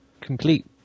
complete